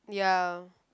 ya